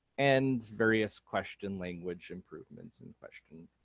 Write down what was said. and various question language improvements in question.